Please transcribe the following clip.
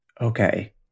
okay